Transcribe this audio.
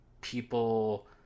people